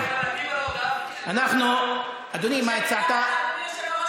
אדוני היושב-ראש,